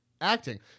acting